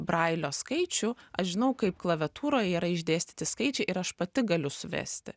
brailio skaičių aš žinau kaip klaviatūroje yra išdėstyti skaičiai ir aš pati galiu suvesti